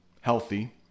healthy